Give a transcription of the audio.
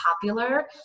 popular